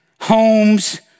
homes